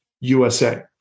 USA